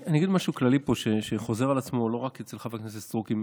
אני אגיד משהו כללי פה שחוזר על עצמו לא רק אצל חברת הכנסת סטרוק,